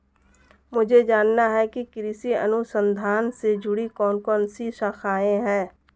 मुझे जानना है कि कृषि अनुसंधान से जुड़ी कौन कौन सी शाखाएं हैं?